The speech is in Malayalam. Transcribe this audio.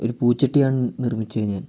ഒരു പൂച്ചട്ടിയാണു നിർമ്മിച്ചത് ഞാൻ